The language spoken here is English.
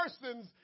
persons